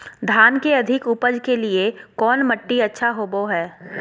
धान के अधिक उपज के लिऐ कौन मट्टी अच्छा होबो है?